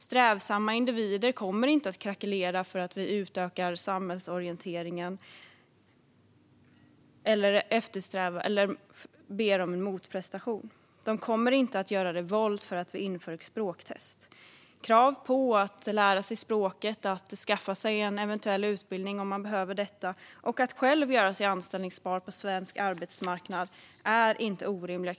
Strävsamma individer kommer inte att krackelera för att vi utökar samhällsorienteringen eller ber om en motprestation. De kommer inte att göra revolt för att vi inför ett språktest. Krav på att lära sig språket, att skaffa sig en eventuell utbildning om man behöver och att själv göra sig anställbar på svensk arbetsmarknad är inte orimliga.